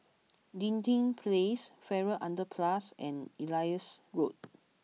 Dinding Place Farrer Underpass and Elias Road